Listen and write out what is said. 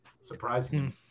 surprising